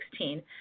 2016